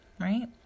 right